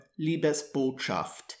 Liebesbotschaft